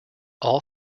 all